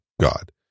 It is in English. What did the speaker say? God